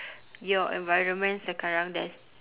your environment sekarang there's